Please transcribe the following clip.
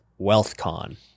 WealthCon